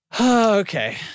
Okay